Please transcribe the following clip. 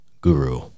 Guru